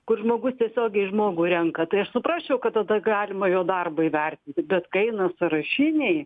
kur žmogus tiesiogiai žmogų renka tai aš suprasčiau kad tada galima jo darbą įvertinti bet kai eina sąrašiniai